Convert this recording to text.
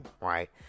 right